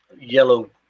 yellow